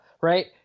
right